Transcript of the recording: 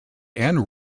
and